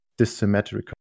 dissymmetrical